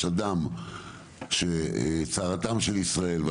אין אדם מתאים ממך לעשות את